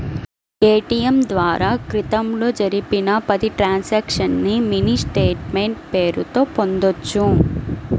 ATM ద్వారా క్రితంలో జరిపిన పది ట్రాన్సక్షన్స్ ని మినీ స్టేట్ మెంట్ పేరుతో పొందొచ్చు